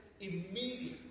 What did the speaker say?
immediately